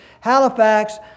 Halifax